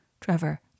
Trevor